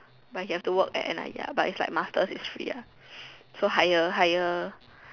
but he have to work at N_I_E ah but is like masters is free ah so higher higher